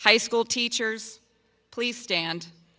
high school teachers please stand